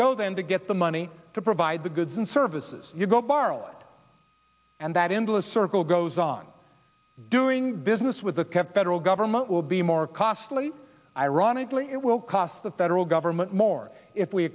go then to get the money to provide the goods and services you go barlett and that endless circle goes on doing business with the federal government will be more costly ironically it will cost the federal government more if we